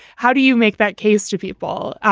how do you make that case to people?